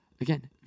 again